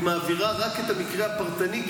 היא מעבירה רק את המקרה הפרטני,